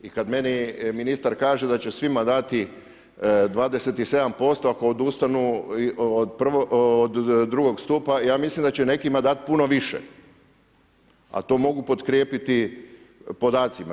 I kad meni ministar kaže da će svima dati 27% ako odustanu od drugog stupa, ja mislim da će nekima dati puno više a to mogu potkrijepiti podacima.